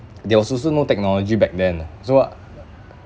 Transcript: there was also no technology back then so